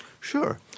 Sure